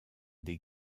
des